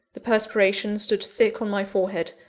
the perspiration stood thick on my forehead,